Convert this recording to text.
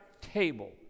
table